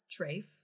trafe